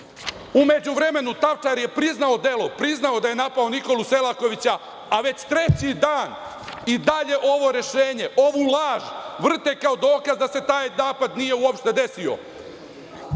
U međuvremenu Tavčar je priznao delo, priznao da je napao Nikolu Selakovića, a već treći dan i dalje ovo rešenje, ovu laž vrte kao dokaz da se taj napad nije uopšte desio.